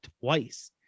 twice